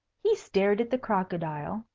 he stared at the crocodile,